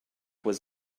was